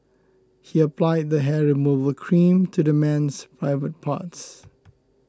he applied the hair removal cream to the man's private parts